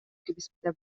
кэбиспитэ